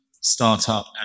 startup